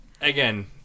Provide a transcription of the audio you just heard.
Again